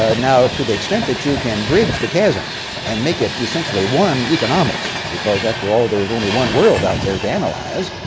ah now to the extent that you can bridge the chasm and make it essentially one economics because after all there's only one world out there to analyze.